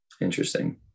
Interesting